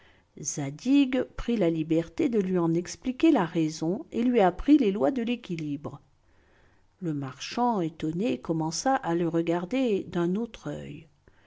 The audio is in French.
courbés zadig prit la liberté de lui en expliquer la raison et lui apprit les lois de l'équilibre le marchand étonné commença à le regarder d'un autre oeil